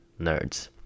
nerds